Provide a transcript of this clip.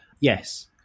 Yes